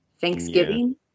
Thanksgiving